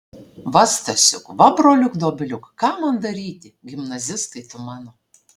va stasiuk va broliuk dobiliuk ką man daryti gimnazistai tu mano